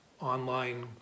online